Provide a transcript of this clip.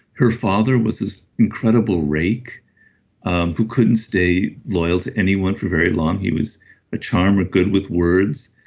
her father was this incredible rake who couldn't stay loyal to anyone for very long. he was a charmer, good with words,